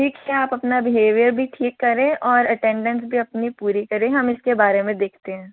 ठीक है आप अपना बिहेवियर भी ठीक करें और अटेंडेंस भी अपनी पूरी करें हम इसके बारे में देखते हैं